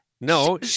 No